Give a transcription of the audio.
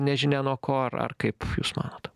nežinia nuo ko ar ar kaip jūs manot